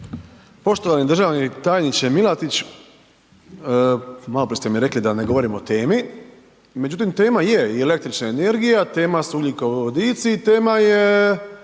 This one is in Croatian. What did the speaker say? Poštovani državni tajniče Milatić, maloprije ste mi rekli da ne govorim o temi, međutim, tema je i električna energija, tema su ugljikovodici, tema je